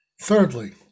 Thirdly